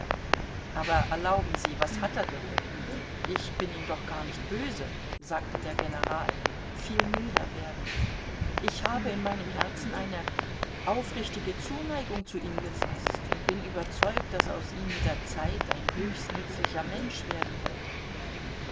aber erlauben sie was hat er denn ich bin ihm doch gar nicht böse sagte der general viel milder werdend ich habe in meinem herzen eine aufrichtige zuneigung zu ihm gefaßt und bin überzeugt daß aus ihm mit der zeit ein höchst nützlicher mensch werden wird